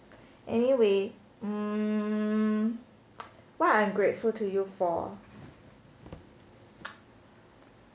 anyway hmm what I'm I'm grateful to you for